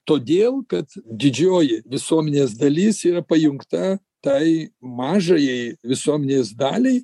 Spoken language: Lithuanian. todėl kad didžioji visuomenės dalis yra pajungta tai mažajai visuomenės daliai